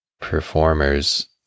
performers